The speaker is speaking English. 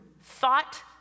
thought